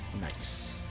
nice